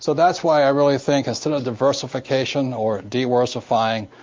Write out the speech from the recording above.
so that's why i really think, instead of diversification or diversify, and